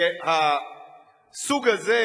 שהסוג הזה,